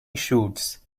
shoots